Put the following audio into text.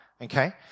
okay